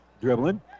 dribbling